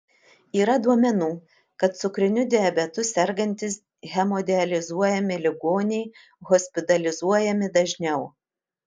yra duomenų kad cukriniu diabetu sergantys hemodializuojami ligoniai hospitalizuojami dažniau